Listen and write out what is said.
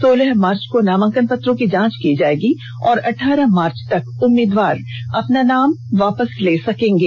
सोलह मार्च को नामांकन पत्रों की जांच की जाएगी और अठारह मार्च तक उम्मीदवार अपना नाम वापस ले सकेंगे